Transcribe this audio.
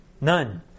None